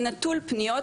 הנטול פניות,